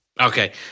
Okay